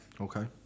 Okay